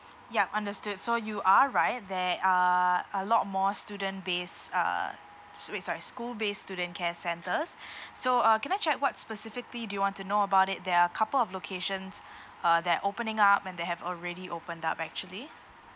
yup understood so you are right there are a lot more student base uh sorry school base student care centres so uh can I check what specifically do you want to know about it there are couple of locations uh that opening up and they have already opened up actually